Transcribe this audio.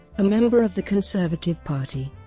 a member of the conservative party,